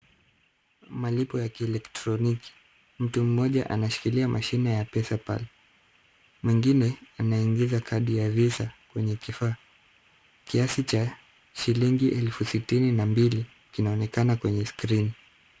Malipo ya kielektroniki. Mtu mmoja anashikiliia mashine ya pesa pal. Mwingine anaingiza kadi ya visa kwenye kifaa . Kiasi cha shilingi elfu sitini na mbili kinaonekana kwenye skrini.